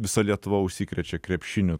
visa lietuva užsikrečia krepšiniu